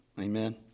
Amen